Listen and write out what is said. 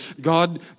God